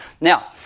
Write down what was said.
Now